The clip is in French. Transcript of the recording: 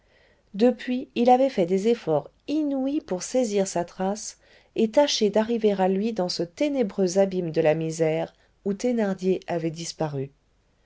depuis il avait fait des efforts inouïs pour saisir sa trace et tâcher d'arriver à lui dans ce ténébreux abîme de la misère où thénardier avait disparu